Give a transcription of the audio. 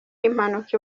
impanuka